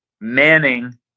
manning